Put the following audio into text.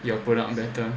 your product better